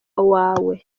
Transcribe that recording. wawe